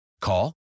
Call